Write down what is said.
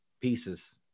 pieces